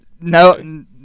no